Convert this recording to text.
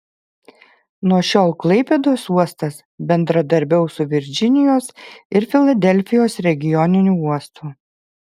nuo šiol klaipėdos uostas bendradarbiaus su virdžinijos ir filadelfijos regioniniu uostu